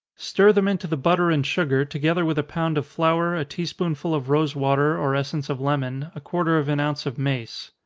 stir them into the butter and sugar, together with a pound of flour, a tea-spoonful of rosewater, or essence of lemon, a quarter of an ounce of mace.